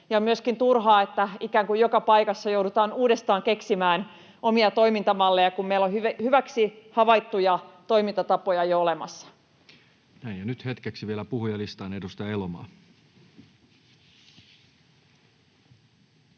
on myöskin turhaa, että ikään kuin joka paikassa joudutaan uudestaan keksimään omia toimintamalleja, kun meillä on hyväksi havaittuja toimintatapoja jo olemassa. [Speech 215] Speaker: Toinen varapuhemies